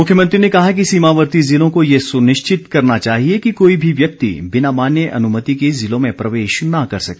मुख्यमंत्री ने कहा कि सीमावर्ती जिलों को ये सुनिश्चित करना चाहिए कि कोई भी व्यक्ति बिना मान्य अनुमति के जिलों में प्रवेश न कर सके